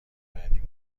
بعدی